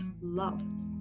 love